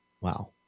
Wow